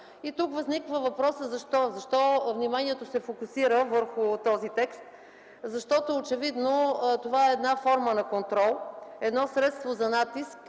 Тук възниква въпросът: защо вниманието се фокусира върху този текст? Защото очевидно това е форма на контрол, средство за натиск